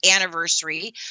anniversary